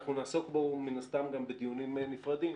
אנחנו נעסוק בו מן הסתם גם בדיונים נפרדים,